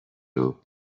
وبهم